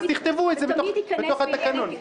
אז תכתבו את זה בתוך התקנון.